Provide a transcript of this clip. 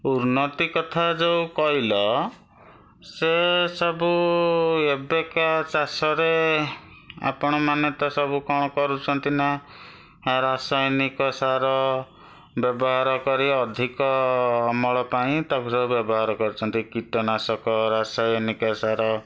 ଉନ୍ନତି କଥା ଯେଉଁ କହିଲ ସେସବୁ ଏବେକା ଚାଷରେ ଆପଣମାନେ ତ ସବୁ କ'ଣ କରୁଛନ୍ତି ନା ରାସାୟନିକ ସାର ବ୍ୟବହାର କରି ଅଧିକ ଅମଳ ପାଇଁ ତାକୁ ସବୁ ବ୍ୟବହାର କରୁଛନ୍ତି କୀଟନାଶକ ରାସାୟନିକ ସାର